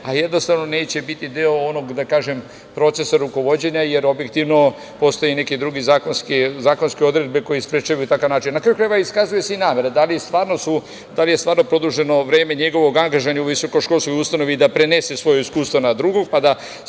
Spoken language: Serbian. a jednostavno neće biti deo onog procesa rukovođenja, jer objektivno postoje neke druge zakonske odredbe koje sprečavaju takav način. Na kraju krajeva, iskazuje se i namera da li je stvarno produženo vreme njegovog angažovanja u visokoškolskoj ustanovi da prenese svoja iskustva na drugog, pa da